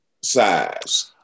size